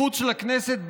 מחוץ לכנסת,